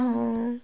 অঁ